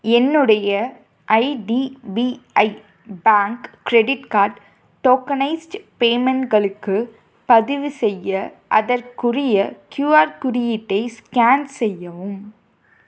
என்னுடைய IDBI bank credit card tokenised பேமெண்ட்களுக்கு பதிவுசெய்ய அதற்குரிய க்யூஆர் குறியீட்டை ஸ்கேன் செய்யவும்